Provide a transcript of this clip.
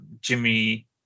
Jimmy